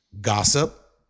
gossip